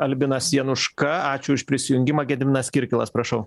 albinas januška ačiū už prisijungimą gediminas kirkilas prašau